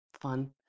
fun